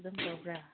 ꯑꯗꯨꯝ ꯇꯧꯕ꯭ꯔ